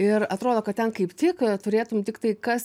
ir atrodo kad ten kaip tik a turėtum tik tai kas